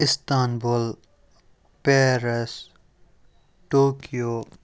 Istanbul Paris Tokyo